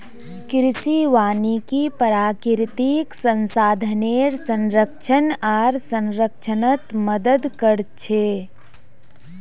कृषि वानिकी प्राकृतिक संसाधनेर संरक्षण आर संरक्षणत मदद कर छे